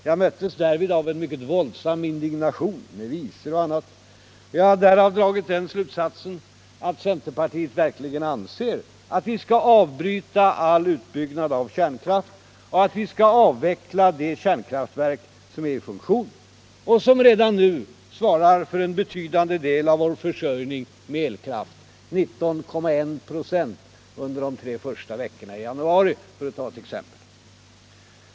Jag möttes därvid av en mycket våldsam indignation, med visor och annat. Jag har därav dragit den slutsatsen att centerpartiet verkligen anser att vi skall avbryta all utbyggnad av kärnkraft och att vi skall avveckla de Allmänpolitisk debatt Allmänpolitisk debatt kärnkraftverk som är i funktion och som redan nu svarar för en betydande del av vår försörjning med elkraft, 19,1 "+ under de tre första veckorna i januari för att ta ett exempel.